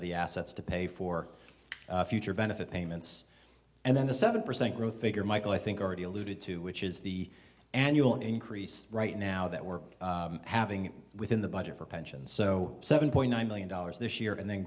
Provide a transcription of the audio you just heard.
of the assets to pay for future benefit payments and then the seven percent growth figure michael i think already alluded to which is the annual increase right now that we're having within the budget for pensions so seven point nine billion dollars this year and then